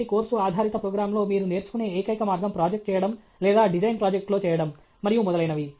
వంటి కోర్సు ఆధారిత ప్రోగ్రామ్లో మీరు నేర్చుకునే ఏకైక మార్గం ప్రాజెక్ట్ చేయడం లేదా డిజైన్ ప్రాజెక్ట్లో చేయడం మరియు మొదలైనవి